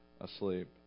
asleep